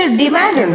demand